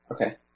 Okay